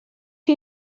chi